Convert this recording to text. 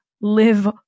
live